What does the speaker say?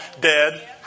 Dead